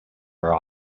are